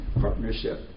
partnership